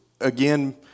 again